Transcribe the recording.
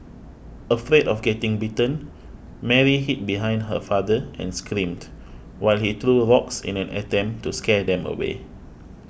afraid of getting bitten Mary hid behind her father and screamed while he threw rocks in an attempt to scare them away